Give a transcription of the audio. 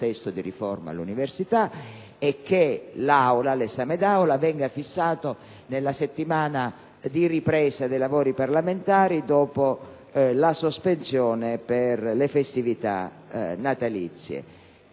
sul testo di riforma dell'università e che l'esame in Aula venga fissato per la prima settimana di ripresa dei lavori parlamentari dopo la sospensione per le festività natalizie.